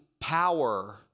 power